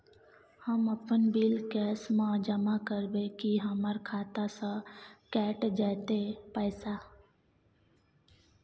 हम अपन bill cash म जमा करबै की हमर खाता स कैट जेतै पैसा?